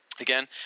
Again